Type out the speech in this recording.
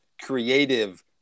creative